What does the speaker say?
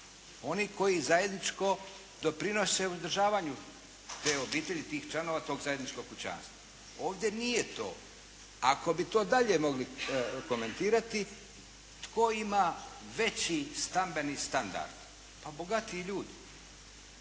Oni koji zajedničko doprinose uzdržavanju te obitelji, tih članova tog zajedničkog kućanstva. Ovdje nije to. Ako bi to dalje mogli komentirati tko ima veći stambeni standard? Pa bogatiji ljudi.